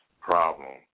problem